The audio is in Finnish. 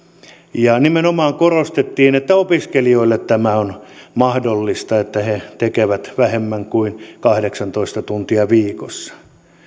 nimenomaan korostettiin että opiskelijoille tämä on mahdollista että he tekevät vähemmän kuin kahdeksantoista tuntia viikossa